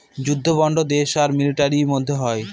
যুদ্ধ বন্ড দেশ আর মিলিটারির মধ্যে হয়